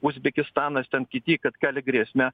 uzbekistanas ten kiti kad kelia grėsmę